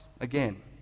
Again